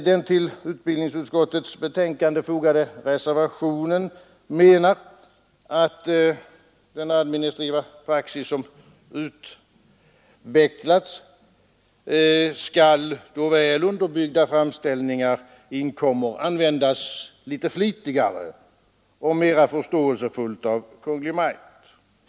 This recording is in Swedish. Den till utbildningsutskottets betänkande fogade reservationen menar att den administrativa praxis som utvecklats borde, då väl underbyggda framställningar inkommer, användas litet flitigare och mera förståelsefullt av Kungl. Maj:t.